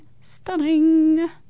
stunning